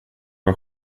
var